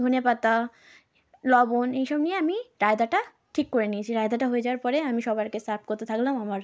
ধনে পাতা লবণ এই সব নিয়ে আমি রায়তাটা ঠিক করে নিয়েছি রায়তাটা হয়ে যাওয়ার পরে আমি সবারকে সার্ভ করতে থাকলাম আমার